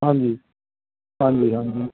ਹਾਂਜੀ ਹਾਂਜੀ ਹਾਂਜੀ